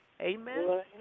Amen